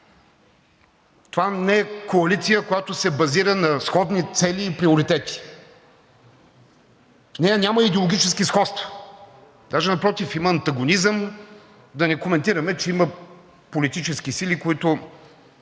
Това не е коалиция, която се базира на сходни цели и приоритети, в нея няма идеологически сходства. Даже напротив, има антагонизъм и да не коментираме, че има политически сили, които